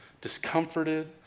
discomforted